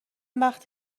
وقت